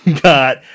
got